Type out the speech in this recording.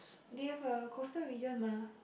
they have a coastal region mah